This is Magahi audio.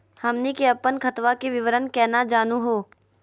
हमनी के अपन खतवा के विवरण केना जानहु हो?